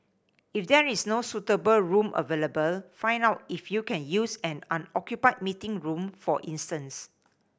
if there is no suitable room available find out if you can use an unoccupied meeting room for instance